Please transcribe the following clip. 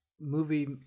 Movie